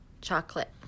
Chocolate